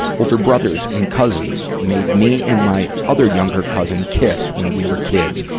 older brothers and cousins made me and my other younger cousin kiss when we were kids,